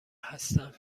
هستم